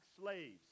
slaves